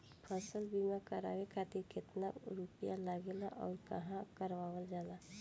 फसल बीमा करावे खातिर केतना रुपया लागेला अउर कहवा करावल जाला?